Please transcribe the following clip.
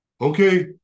Okay